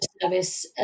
service